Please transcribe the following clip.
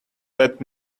that